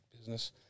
business